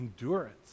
endurance